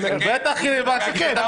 זה בטח רלוונטי.